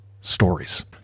stories